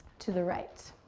to the right.